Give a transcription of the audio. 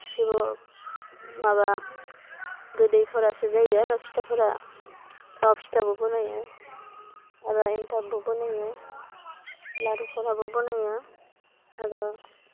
गासिबो माबा गोदैफोरासो जायो आरो फिथाफोरा थाव फिथाबो बनायो आरो एनथाबबो बनायो लारुफोराबो बनायो आरो